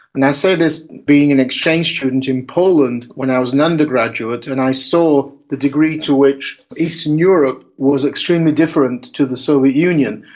and i say this being an exchange student in poland when i was an undergraduate and i saw the degree to which eastern europe was extremely different to the soviet union.